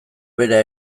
bera